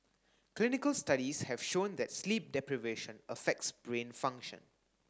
clinical studies have shown that sleep deprivation affects brain function